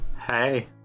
Hey